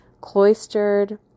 Cloistered